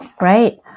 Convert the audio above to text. Right